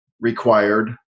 required